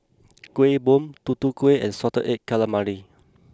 Kuih Bom Tutu Kueh and Salted Egg Calamari